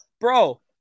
bro